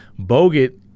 Bogut